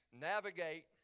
navigate